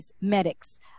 medics